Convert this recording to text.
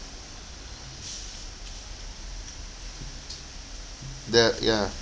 the ya